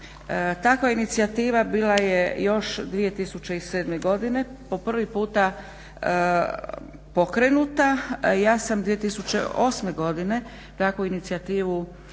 Takva inicijativa bila je još 2007. godine, po prvi puta pokrenuta a ja sam 2008. godine takvu inicijativu